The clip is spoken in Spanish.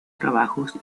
trabajos